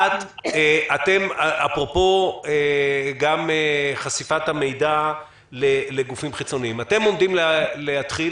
1. אפרופו חשיפת המידע לגופים חיצוניים אתם עומדים להתחיל,